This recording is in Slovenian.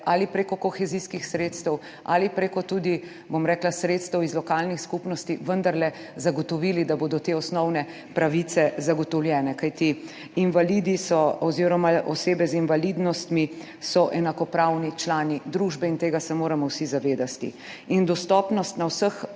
ali prek kohezijskih sredstev ali tudi prek sredstev iz lokalnih skupnosti vendarle zagotovili, da bodo te osnovne pravice zagotovljene. Kajti invalidi oziroma osebe z invalidnostmi so enakopravni člani družbe in tega se moramo vsi zavedati. Dostopnost na vseh